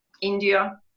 India